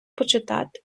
почитати